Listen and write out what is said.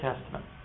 Testament